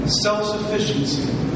self-sufficiency